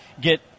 get